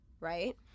Right